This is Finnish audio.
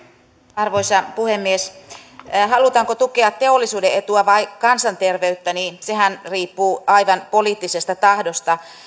arvoisa puhemies sehän halutaanko tukea teollisuuden etua vai kansanterveyttä riippuu aivan poliittisesta tahdosta